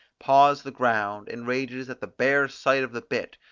paws the ground, and rages at the bare sight of the bit,